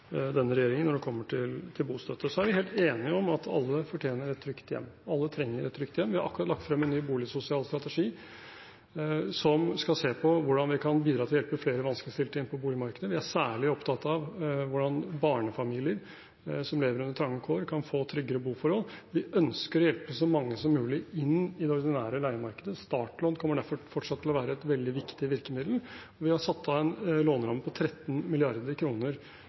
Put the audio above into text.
denne regjeringen når det kommer til bostøtte. Så er vi helt enige om at alle fortjener et trygt hjem, alle trenger et trygt hjem. Vi har akkurat lagt frem en ny strategi for sosial boligpolitikk som skal se på hvordan vi kan bidra til å hjelpe flere vanskeligstilte inn på boligmarkedet. Vi er særlig opptatt av hvordan barnefamilier som lever under trange kår, kan få tryggere boforhold. Vi ønsker å hjelpe så mange som mulig inn i det ordinære leiemarkedet. Startlån kommer derfor fortsatt til å være et veldig viktig virkemiddel, og vi har satt en låneramme på 13